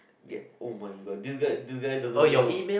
ya oh my god this guy this guy doesn't know